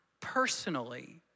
personally